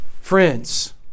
Friends